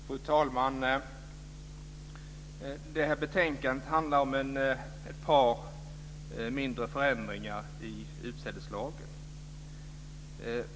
Fru talman! Det här betänkandet handlar om ett par mindre förändringar i utsädeslagen.